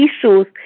issues